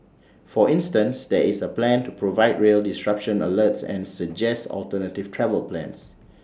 for instance there is A plan to provide rail disruption alerts and suggest alternative travel plans